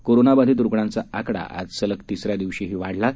करोनाबाधित रुग्णांचा आकडा आज सलग तिसऱ्या दिवशीही वाढला आहे